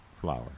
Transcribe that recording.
flower